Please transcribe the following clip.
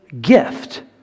gift